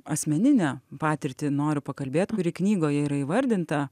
asmeninę patirtį noriu pakalbėt kuri knygoje yra įvardinta